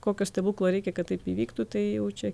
kokio stebuklo reikia kad taip įvyktų tai jau čia